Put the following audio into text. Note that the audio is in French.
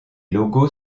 logos